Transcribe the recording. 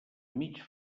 mig